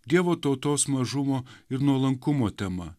dievo tautos mažumo ir nuolankumo tema